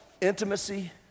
intimacy